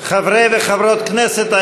חברי וחברות הכנסת,